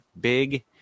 big